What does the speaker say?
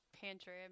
pantry